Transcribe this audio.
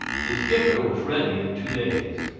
the skipper was ready in two days.